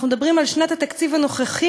אנחנו מדברים על שנת התקציב הנוכחית.